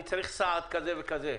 אני צריך סעד כזה וכזה,